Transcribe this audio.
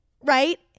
right